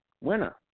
winner